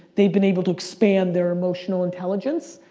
they've been able to expand their emotional intelligence.